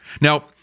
Now